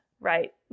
right